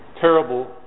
terrible